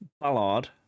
Ballard